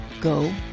Go